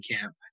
camp